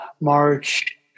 March